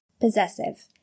Possessive